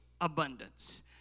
abundance